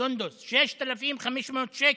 סונדוס, 6,500 שקל.